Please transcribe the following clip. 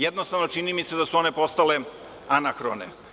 Jednostavno, čini mi se da su one postale anahrone.